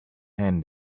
hand